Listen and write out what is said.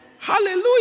Hallelujah